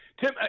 Tim